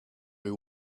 who